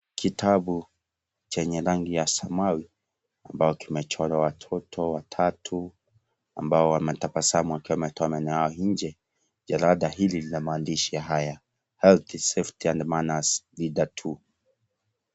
Kitabu chenye rangi ya samawi ambacho kimechorwa watoto watatu ambao wanatabasamu wakiwa wametoa meno yao nje. Jarida hili lina maandishi haya: health, safety na manners hitherto .